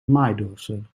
maaidorser